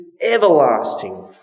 everlasting